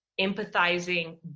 empathizing